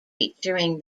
featuring